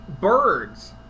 Birds